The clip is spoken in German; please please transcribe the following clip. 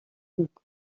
bug